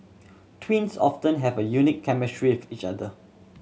twins often have a unique chemistry with each other